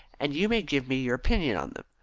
and you may give me your opinion on them.